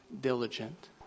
diligent